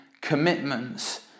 commitments